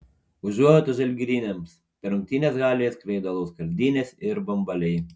užuojauta žalgiriniams per rungtynes halėje skraido alaus skardinės ir bambaliai